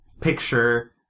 picture